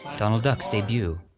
donald duck's debut.